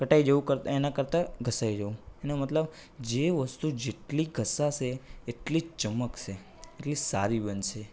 કટાઈ જવું કરતાં એના કરતાં ઘસાઈ જવું એનો મતલબ જે વસ્તુ જેટલી ઘસાશે એટલી ચમકશે એટલી સારી બનશે